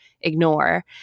ignore